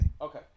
Okay